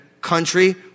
country